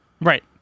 Right